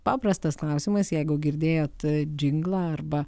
paprastas klausimas jeigu girdėjot džinglą arba